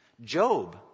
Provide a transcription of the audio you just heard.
Job